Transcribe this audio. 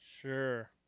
Sure